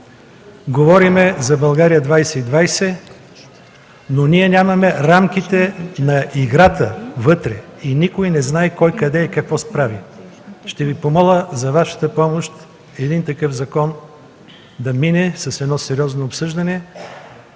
Говорим за България 2020, но ние нямаме рамките на играта вътре и никой не знае кой къде и какво прави. Ще Ви помоля за Вашата помощ един такъв закон за мине със сериозно обсъждане.